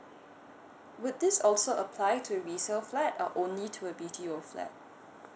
would this also apply to resale flat or only to be a B_T_O flat